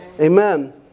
Amen